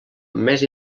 més